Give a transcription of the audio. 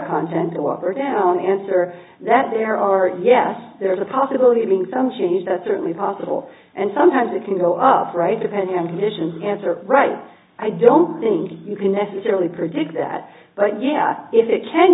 content go up or down answer that there are yes there is a possibility of making some changes that's certainly possible and sometimes it can go up right depending on the mission answer right i don't think you can necessarily predict that but yeah if it can